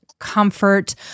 comfort